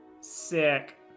Sick